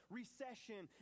recession